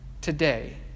today